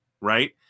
right